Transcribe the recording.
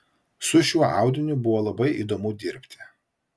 su šiuo audiniu buvo labai įdomu dirbti